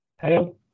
Hello